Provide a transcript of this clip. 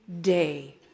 day